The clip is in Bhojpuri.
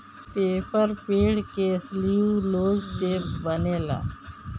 पेपर पेड़ के सेल्यूलोज़ से बनेला